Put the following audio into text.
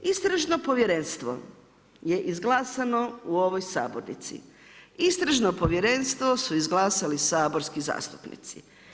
Istražno povjerenstvo je izglasano u ovoj sabornici, Istražno povjerenstvo su izglasali saborski zastupnici.